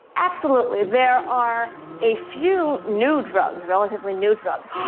absolutely. there are a few new drugs, relatively new drugs,